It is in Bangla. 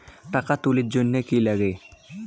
টাকা তুলির জন্যে কি লাগে?